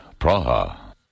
Praha